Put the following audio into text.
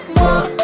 more